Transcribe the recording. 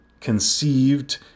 conceived